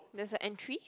there is a entry